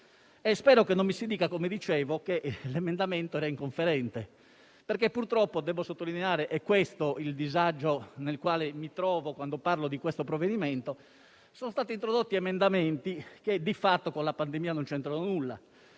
Spero che non mi si dica che l'emendamento presentato era inconferente, perché purtroppo devo sottolineare che è questo il disagio nel quale mi trovo quando parlo di questo provvedimento. Infatti, sono stati introdotti emendamenti che di fatto con la pandemia non c'entrano nulla;